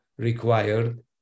Required